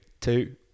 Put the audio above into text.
two